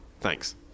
thanks